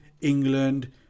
England